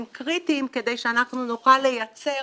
הם קריטיים כדי שאנחנו נוכל לייצר